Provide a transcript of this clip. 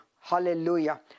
Hallelujah